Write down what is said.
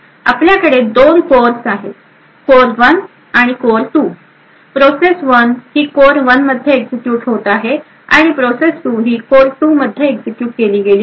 आपल्याकडे दोन कोर आहेत कोर १ आणि कोर २ प्रोसेस १ ही कोर १ मध्ये एक्झिक्युट होत आहे आणि प्रोसेस 2 ही कोर २ मध्ये एक्झिक्युट केली गेली आहे